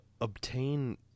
obtain